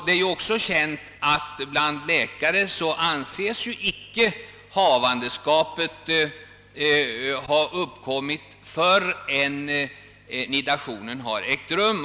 Det är ju också känt, att man bland läkare inte anser att havandeskap har uppkommit förrän nidationen har ägt rum.